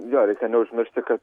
jo reikia neužmiršti kad